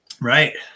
Right